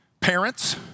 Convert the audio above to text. parents